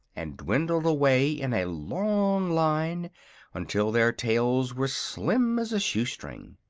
and dwindled away in a long line until their tails were slim as a shoe-string.